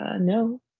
No